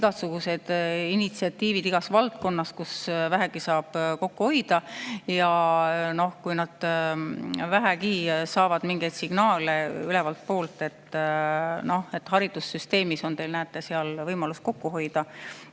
igasuguseid initsiatiive igas valdkonnas, kus vähegi saab kokku hoida. Ja kui nad vähegi saavad mingeid signaale ülevalt poolt, et noh, haridussüsteemis on teil võimalus kokku hoida,